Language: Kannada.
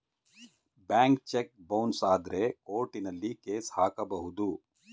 ಬ್ಯಾಂಕ್ ಚೆಕ್ ಬೌನ್ಸ್ ಆದ್ರೆ ಕೋರ್ಟಲ್ಲಿ ಕೇಸ್ ಹಾಕಬಹುದು